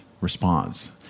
response